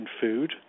food